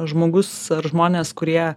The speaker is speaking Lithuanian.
žmogus ar žmonės kurie